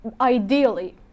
ideally